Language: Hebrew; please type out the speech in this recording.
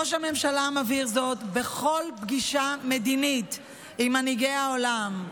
ראש הממשלה מבהיר זאת בכל פגישה מדינית עם מנהיגי העולם,